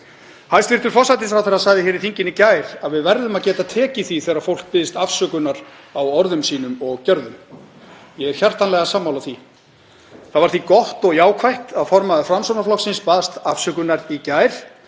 Hæstv. forsætisráðherra sagði í þinginu í gær að við yrðum að geta tekið því þegar fólk biðst afsökunar á orðum sínum og gjörðum. Ég er hjartanlega sammála því. Það var því gott og jákvætt að formaður Framsóknarflokksins baðst afsökunar í gær